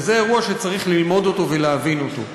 וזה אירוע שצריך ללמוד אותו ולהבין אותו.